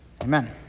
Amen